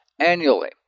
annually